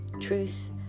Truth